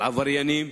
על עבריינים,